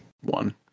one